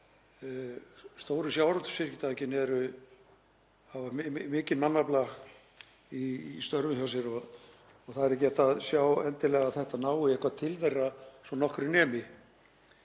stóru sjávarútvegsfyrirtækin, hafa mikinn mannafla í störfum hjá sér og það er ekki hægt að sjá endilega að þetta nái eitthvað til þeirra svo nokkru nemi.